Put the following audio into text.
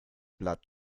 blood